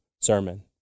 sermon